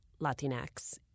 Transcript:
Latinx